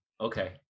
okay